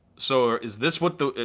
so is this what the,